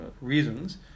reasons